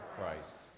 Christ